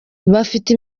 bafite